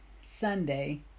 Sunday